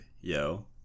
yo